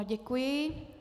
Děkuji.